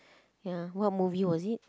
ya what movie was it